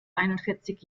einundvierzig